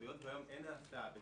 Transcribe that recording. היות והיום אין מלווה